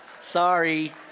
Sorry